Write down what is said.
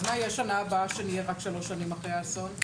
אז מה יהיה בשנה הבאה כשנהיה רק שלוש שנים אחרי האסון?